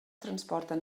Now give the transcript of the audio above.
transporten